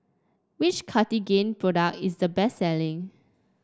which Cartigain product is the best selling